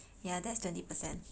yeah that's twenty per cent